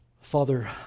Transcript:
Father